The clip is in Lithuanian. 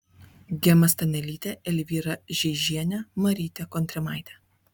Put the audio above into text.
gema stanelytė elvyra žeižienė marytė kontrimaitė